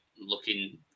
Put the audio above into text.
looking